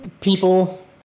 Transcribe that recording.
people